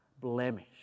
blemish